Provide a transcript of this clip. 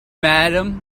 madam